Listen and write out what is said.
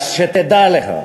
ותדע לך,